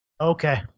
Okay